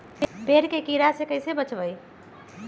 पेड़ के कीड़ा से कैसे बचबई?